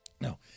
No